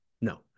no